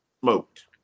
Smoked